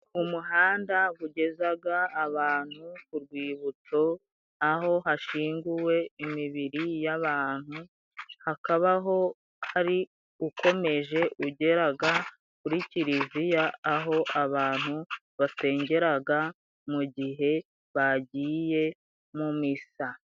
Umuhanda ugeza abantu ku rwibutso, aho hashyinguwe imibiri y'abantu, hakaba ho hari ukomeje ugera kuri kiliziya, aho abantu basengera mu gihe bagiye mu misa.